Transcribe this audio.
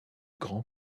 grand